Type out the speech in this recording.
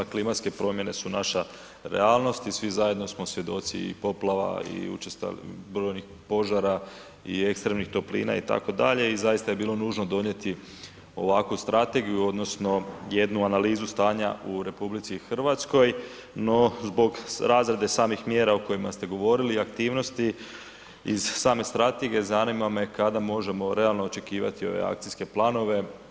Klimatske promjene su naša realnost i svi zajedno smo svjedoci poplava i učestalih i brojnih požara i ekstremnih toplina, itd. i zaista je bilo nužno donijeti ovakvu strategiju, odnosno jednu analizu stanja u RH, no zbog razrade samih mjera o kojima ste govorili, aktivnosti iz same strategije, zanima me kada možemo realno očekivati ove akcijske planove?